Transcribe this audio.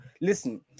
listen